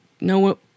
no